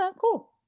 cool